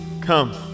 Come